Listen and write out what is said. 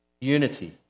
unity